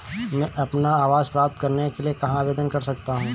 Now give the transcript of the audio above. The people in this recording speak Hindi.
मैं अपना आवास प्राप्त करने के लिए कहाँ आवेदन कर सकता हूँ?